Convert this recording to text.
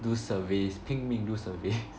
do surveys 拼命 do surveys